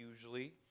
usually